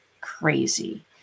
crazy